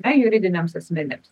na juridiniams asmenims